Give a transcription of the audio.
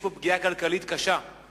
יש פה פגיעה כלכלית קשה,